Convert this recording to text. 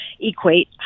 equate